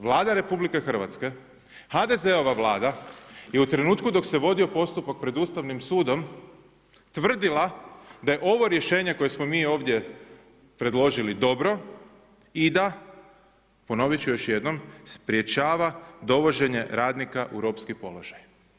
Vlada RH HDZ-ova vlada je u trenutku dok se vodio postupak pred Ustavnim sudom tvrdila da je ovo rješenje koje smo mi ovdje predložili dobro i da, ponoviti ću još jednom, sprječava dovoženje radnika u ropski položaj.